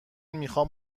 میخوام